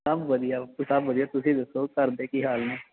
ਸਭ ਵਧੀਆ ਵਾ ਇੱਥੇ ਸਭ ਵਧੀਆ ਤੁਸੀਂ ਦੱਸੋ ਘਰ ਦੇ ਕੀ ਹਾਲ ਨੇ